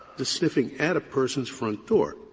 the sniffing at a person's front door,